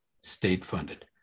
state-funded